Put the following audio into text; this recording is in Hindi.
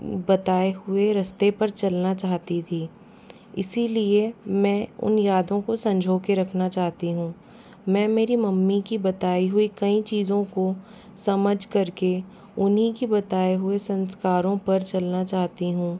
बताए हुए रास्ते पर चलना चाहती थी इसलिए मैं उन यादों को संजो के रखना चाहती हूँ मैं मेरी मम्मी की बताई हुई कई चीज़ों को समझकर के उन्हीं की बताए हुए संस्कारों पर चलना चाहती हूँ